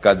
kad